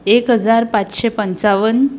एक हजार पाचशें पंचावन